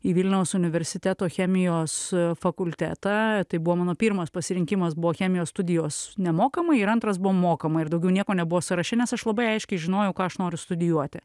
į vilniaus universiteto chemijos fakultetą tai buvo mano pirmas pasirinkimas buvo chemijos studijos nemokamai ir antras buvo mokamai ir daugiau nieko nebuvo sąraše nes aš labai aiškiai žinojau ką aš noriu studijuoti